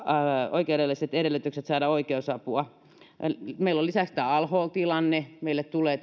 oikeudelliset edellytykset saada oikeusapua meillä on lisäksi tämä al hol tilanne tänne meille tulee